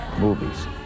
movies